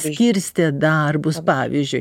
skirstę darbus pavyzdžiui